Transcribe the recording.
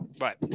Right